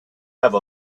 have